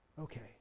Okay